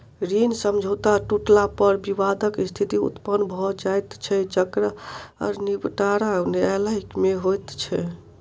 ऋण समझौता टुटला पर विवादक स्थिति उत्पन्न भ जाइत छै जकर निबटारा न्यायालय मे होइत छै